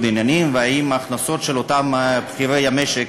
עניינים והאם ההכנסות של אותם בכירי המשק